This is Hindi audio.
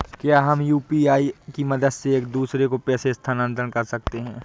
क्या हम यू.पी.आई की मदद से एक दूसरे को पैसे स्थानांतरण कर सकते हैं?